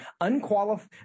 unqualified